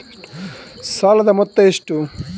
ಸಾಲದ ಮೊತ್ತ ಎಷ್ಟು?